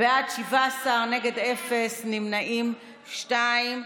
בעד, 17, נגד, אפס, נמנעים, שניים.